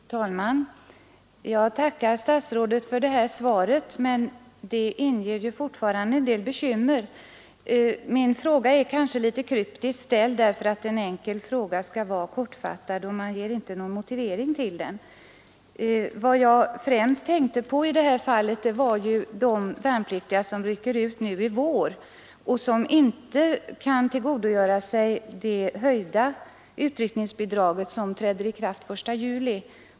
Herr talman! Jag tackar statsrådet för detta svar men har fortfarande en del bekymmer kvar. Min fråga var kanske litet kryptisk, beroende på att en fråga ju skall vara kortfattad och att man inte ger någon motivering till den. Vad jag främst tänkte på i detta fall är emellertid de värnpliktiga som rycker ut i vår och som inte kan tillgodogöra sig det höjda utryckningsbidrag som träder i kraft den 1 juli.